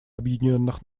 объединенных